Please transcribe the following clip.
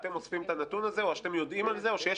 אתם אוספים את הנתון הזה או שאתם יודעים על זה או שיש